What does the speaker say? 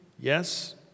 Yes